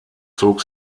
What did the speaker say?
zog